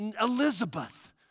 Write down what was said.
Elizabeth